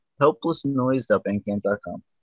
helplessnoise.bandcamp.com